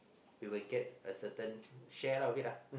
they will get a certain share of it lah